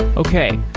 okay.